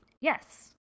Yes